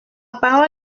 parole